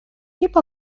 либо